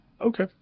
Okay